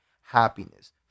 happiness